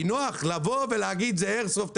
כי נוח לבוא ולהגיד שזה איירסופט,